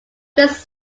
this